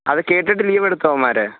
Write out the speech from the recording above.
അത് കേട്ടിട്ട് ലീവ് എടുത്തോ അവന്മാർ